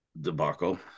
debacle